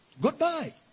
Goodbye